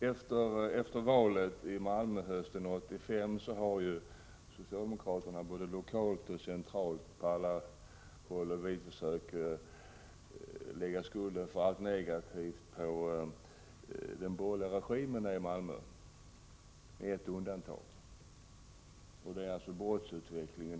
Efter valet hösten 1985 har socialdemokraterna på alla håll, både lokalt och centralt, försökt lägga skulden på allt negativt i Malmö på den borgerliga regimen där. Det finns emellertid ett undantag, nämligen brottsutvecklingen.